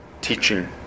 teaching